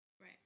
Right